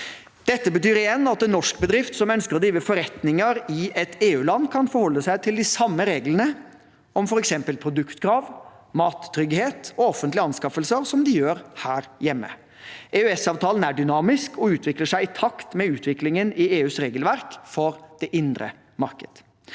Dette betyr igjen at en norsk bedrift som ønsker å drive forretninger i et EU-land, kan forholde seg til de samme reglene om f.eks. produktkrav, mattrygghet og offentlige anskaffelser som den forholder seg til her hjemme. EØS-avtalen er dynamisk og utvikler seg i takt med utviklingen i EUs regelverk for det indre marked.